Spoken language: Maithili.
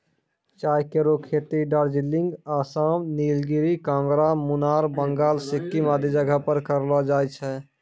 चाय केरो खेती दार्जिलिंग, आसाम, नीलगिरी, कांगड़ा, मुनार, बंगाल, सिक्किम आदि जगह पर करलो जाय छै